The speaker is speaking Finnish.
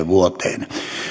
vuoteen